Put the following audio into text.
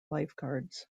lifeguards